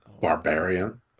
barbarian